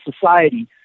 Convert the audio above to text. society